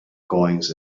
goings